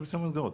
הוועדות,